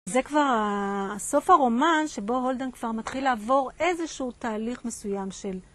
זה כבר סוף הרומן שבו הולדן כבר מתחיל לעבור איזשהו תהליך מסוים של...